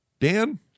Dan